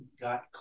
got